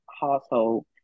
household